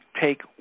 Take